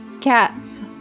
cats